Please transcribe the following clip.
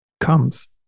comes